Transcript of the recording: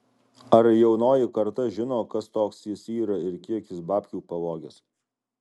ar jaunoji karta žino kas toks jis yra ir kiek jis babkių pavogęs